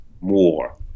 more